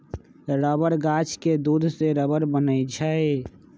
rubber गाछ के दूध से रबर बनै छै